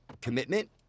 commitment